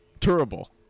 terrible